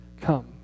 come